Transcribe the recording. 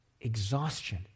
Exhaustion